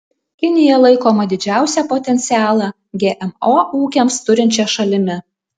kinija laikoma didžiausią potencialą gmo ūkiams turinčia šalimi